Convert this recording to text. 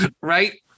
right